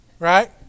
Right